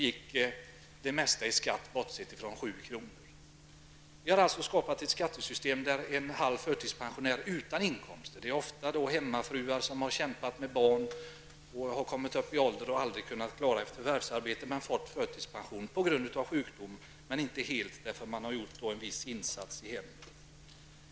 gick det mesta åt till skatt -- förutom 7 kr. Vi har således skapat ett skattesystem som slår på detta sätt mot en person med halv förtidspension utan inkomster. Det gäller ofta hemmafruar som har kämpat med barn, aldrig har kunnat klara ett förvärvsarbete och har kommit upp i ålder, men som nu har fått förtidspension på grund av sjukdom. De har fått halv förtidspension eftersom de har gjort en viss insats i hemmet.